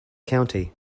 county